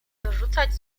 wyrzucać